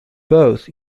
both